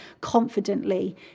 confidently